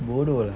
bodoh lah